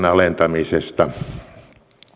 alentamisesta